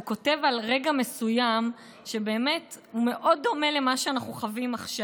הוא כותב על רגע מסוים שבאמת מאוד דומה למה שאנחנו חווים עכשיו.